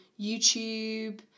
YouTube